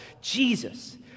Jesus